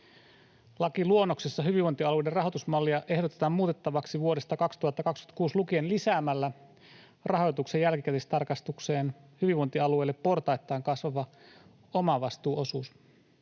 Lakiluonnoksessa hyvinvointialueiden rahoitusmallia ehdotetaan muutettavaksi vuodesta 2026 lukien lisäämällä rahoituksen jälkikäteistarkastukseen hyvinvointialueelle portaittain kasvava omavastuuosuus.